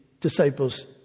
disciples